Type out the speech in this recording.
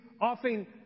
often